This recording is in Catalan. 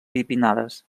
bipinnades